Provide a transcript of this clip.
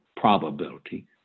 probability